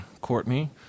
Courtney